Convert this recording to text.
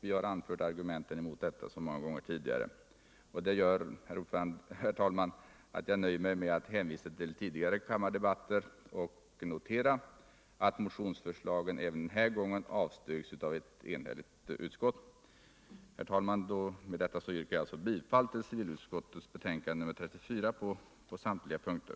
Vi har anfört argumenten mot detta så många gånger tidigare att jag, herr talman, nöjer mig med att hänvisa till tidigare kammardebatter och noterar att motionsförslagen även nu avstyrks av ett enhälligt utskott. Herr talman! Med detta yrkar jag bifall till hemställan i civilutskottets betänkande.34 på samtliga punkter.